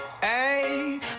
hey